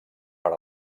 per